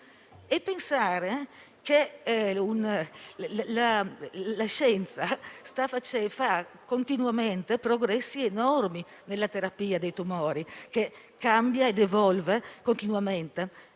E pensare che la scienza fa continuamente progressi enormi nella terapia dei tumori, che cambia ed evolve costantemente